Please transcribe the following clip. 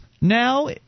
now